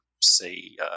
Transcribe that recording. say